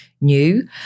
new